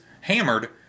hammered